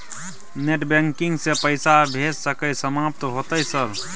Net banking से पैसा भेज सके सामत होते सर?